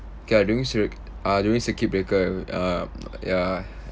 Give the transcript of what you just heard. okay ah during cir~ uh during circuit breaker uh ya